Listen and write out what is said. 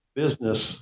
Business